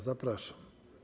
Zapraszam.